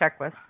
checklist